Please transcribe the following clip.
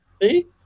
See